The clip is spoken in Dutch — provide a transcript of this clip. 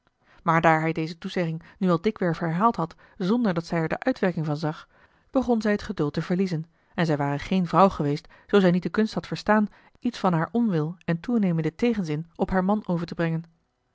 maar daar hij deze toezegging nu al dikwerf herhaald had zonderdat zij er de uitwerking van zag begon zij het geduld te verliezen en zij ware geene vrouw geweest zoo zij niet de kunst had verstaan iets van haar onwil en toenemenden tegenzin op haar man over te brengen